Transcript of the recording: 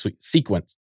sequence